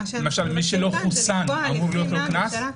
מי שלא חוסן, למשל, אמור להיות לו קנס?